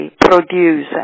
produce